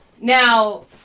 now